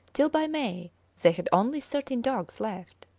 till by may they had only thirteen dogs left.